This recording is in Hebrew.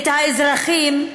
את האזרחים,